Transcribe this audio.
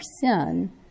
sin